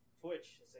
Twitch